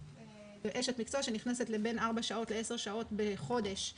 זה אשת מקצוע שנכנסת בין ארבע שעות לעשר שעות בחודש למעון.